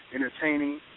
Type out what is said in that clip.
Entertaining